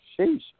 Sheesh